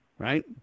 right